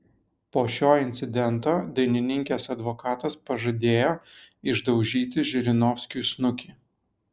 po šio incidento dainininkės advokatas pažadėjo išdaužyti žirinovskiui snukį